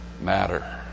matter